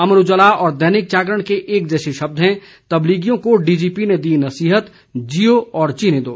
अमर उजाला व दैनिक जागरण के एक जैसे शब्द हैं तबलीगियों को डीजीपी ने दी नसीहत जीओ और जीने दो